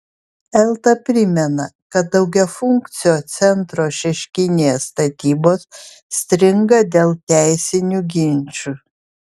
elta primena kad daugiafunkcio centro šeškinėje statybos stringa dėl teisinių ginčų